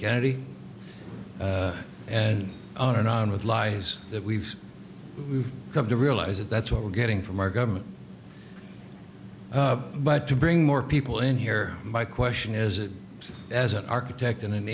kennedy and on and on with life that we've we've come to realize that that's what we're getting from our government but to bring more people in here my question is as an architect and an